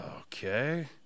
okay